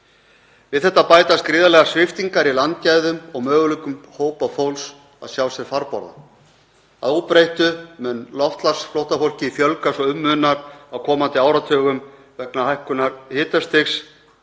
Við þetta bætast gríðarlegar sviptingar í landgæðum og möguleikum hópa fólks á að sjá sér farborða. Að óbreyttu mun loftslagsflóttafólki fjölga svo um munar á komandi áratugum vegna hækkunar hitastigs,